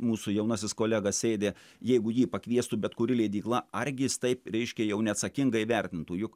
mūsų jaunasis kolega sėdi jeigu jį pakviestų bet kuri leidykla argi jis taip reiškia jau neatsakingai vertintų juk